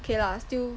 okay lah still